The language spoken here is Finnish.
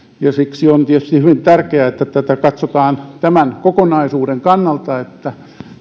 ja siksi on tietysti hyvin tärkeää että tätä katsotaan tämän kokonaisuuden kannalta että